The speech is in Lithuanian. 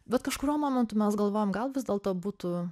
bet kažkuriuo momentu mes galvojom gal vis dėlto būtų